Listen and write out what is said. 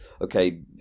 Okay